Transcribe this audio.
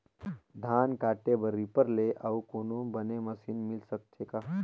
धान काटे बर रीपर ले अउ कोनो बने मशीन मिल सकथे का?